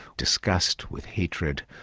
disgust, with hatred,